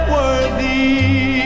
worthy